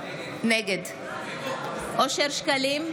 נגד אושר שקלים,